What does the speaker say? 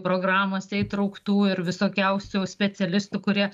programose įtrauktų ir visokiausių specialistų kurie